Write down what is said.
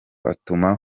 atuma